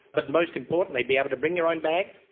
but most importantly be able to bring your own bag,